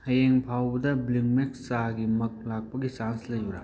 ꯍꯌꯦꯡ ꯐꯥꯎꯕꯗ ꯕ꯭ꯂꯤꯡꯃꯦꯛꯁ ꯆꯥꯒꯤ ꯃꯒ ꯂꯥꯛꯄꯒꯤ ꯆꯥꯟꯁ ꯂꯩꯕ꯭ꯔꯥ